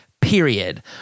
period